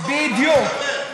על מה אתה מדבר?